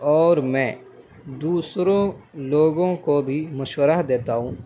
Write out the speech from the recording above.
اور میں دوسروں لوگوں کو بھی مشورہ دیتا ہوں